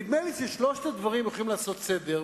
נדמה לי ששלושת הדברים הולכים לעשות סדר,